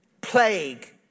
plague